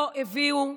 לא הביאו.